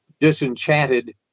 disenchanted